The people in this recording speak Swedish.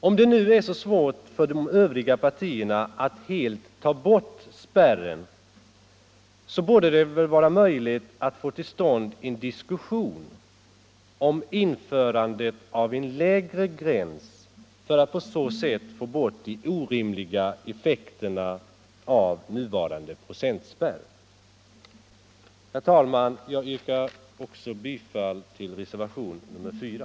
O'a det nu är så svårt för de övriga partierna att helt ta bort spärren, så borde det väl vara möjligt att få till stånd en diskussion om införandet av en lägre gräns för att eliminera de orimliga effekterna av nuvarande procentspärr. Herr talman! Jag yrkar också bifall till reservation nr 4.